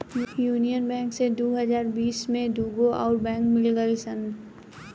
union Bank से दू हज़ार बिस में दूगो अउर बैंक मिल गईल सन